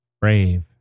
brave